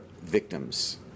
victims